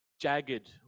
jagged